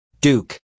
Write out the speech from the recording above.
Duke